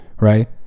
right